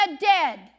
dead